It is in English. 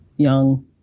young